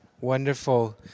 Wonderful